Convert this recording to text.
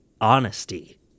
honesty